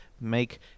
make